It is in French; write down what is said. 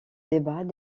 débats